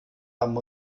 haben